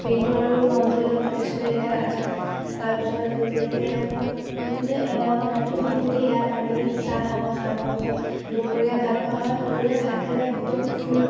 ব্ৰেইনটো আৰু মনটো একদম সতেজ কৰি থাকে লাল চাহ তাৰপিছত তেনেকৈ তাৰপিছত ৰাতিপুৱা শুই উঠি সেয়া পানী চাহ খাওঁ চাহ খোৱাৰ পিছত দুপৰীয়া ভাত খোৱা হয় দুপৰীয়া ভাত খালে একদম ফুল